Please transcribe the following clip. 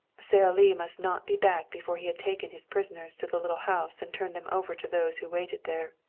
sara lee must not be back before he had taken his prisoners to the little house and turned them over to those who waited there.